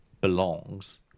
belongs